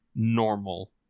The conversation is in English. normal